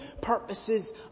purposes